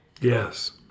Yes